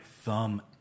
Thumb